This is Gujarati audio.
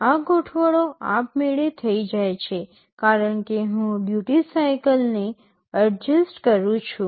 આ ગોઠવણો આપમેળે થઈ જાય છે કારણ કે હું ડ્યૂટિ સાઇકલને એડજસ્ટ કરું છું